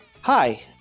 Hi